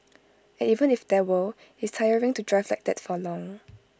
and even if there were IT is tiring to drive like that for long